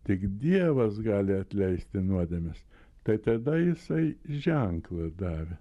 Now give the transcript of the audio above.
tik dievas gali atleisti nuodėmes tai tada jisai ženklą davė